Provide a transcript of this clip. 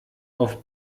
auf